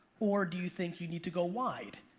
or do you think you need to go wide,